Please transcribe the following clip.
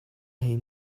hlei